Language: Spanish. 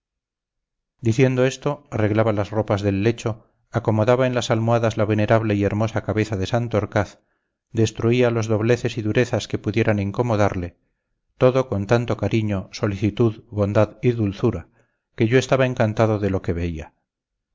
diciendo esto arreglaba las ropas del lecho acomodaba en las almohadas la venerable y hermosa cabeza de santorcaz destruía los dobleces y durezas que pudieran incomodarle todo con tanto cariño solicitud bondad y dulzura que yo estaba encantado de lo que veía